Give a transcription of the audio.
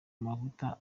amavuta